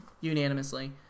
Unanimously